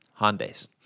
Hondas